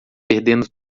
perdendo